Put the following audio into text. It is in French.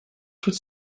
toute